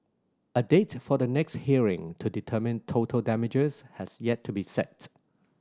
a date for the next hearing to determine total damages has yet to be set